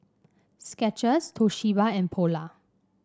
Skechers Toshiba and Polar